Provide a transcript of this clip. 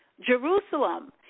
Jerusalem